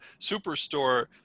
Superstore